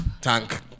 tank